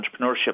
Entrepreneurship